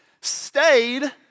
stayed